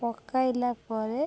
ପକାଇଲା ପରେ